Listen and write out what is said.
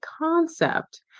concept